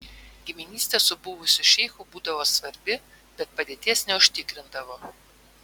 giminystė su buvusiu šeichu būdavo svarbi bet padėties neužtikrindavo